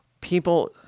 people